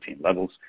levels